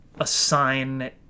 assign